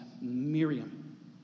Miriam